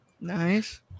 Nice